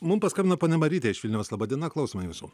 mum paskambino ponia marytė iš vilniaus laba diena klausome jūsų